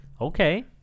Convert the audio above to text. Okay